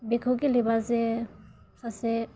बेखौ गेलेबा जे सासे